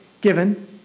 given